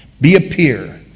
be a peer.